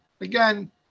Again